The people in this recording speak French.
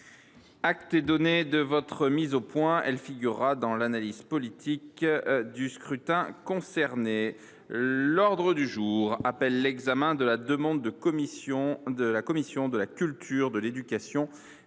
Acte est donné de cette mise au point, mon cher collègue. Elle figurera dans l’analyse politique du scrutin. L’ordre du jour appelle l’examen de la demande de la commission de la culture, de l’éducation,